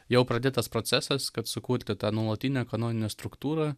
jau pradėtas procesas kad sukurti tą nuolatinę ekonominę struktūrą